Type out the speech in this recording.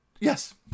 yes